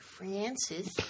Francis